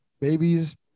babies